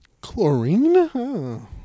chlorine